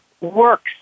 works